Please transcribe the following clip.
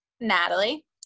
Natalie